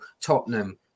Tottenham